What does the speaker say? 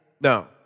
No